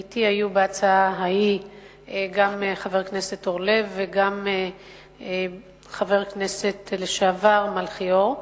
היו אתי בהצעה ההיא גם חבר הכנסת אורלב וגם חבר הכנסת לשעבר מלכיאור.